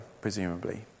presumably